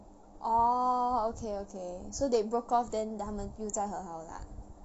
orh okay okay so they broke off then 他们又再和好 lah